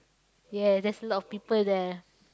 yeah there's a lot of people there